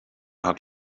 hat